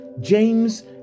James